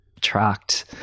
tracked